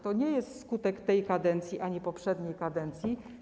To nie jest skutek tej kadencji ani poprzedniej kadencji.